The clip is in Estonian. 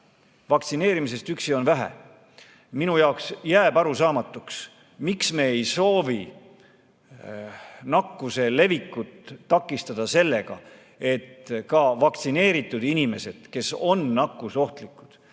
Vaktsineerimisest üksi on vähe. Minu jaoks jääb arusaamatuks, miks me ei soovi nakkuse levikut takistada sellega, et ka vaktsineeritud inimesi, kes on nakkusohtlikud,